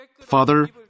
Father